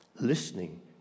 listening